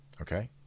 okay